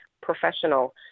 professional